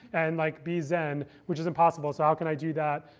and like be zen, which is impossible. so how can i do that?